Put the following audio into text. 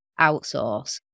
outsource